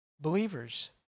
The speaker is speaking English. believers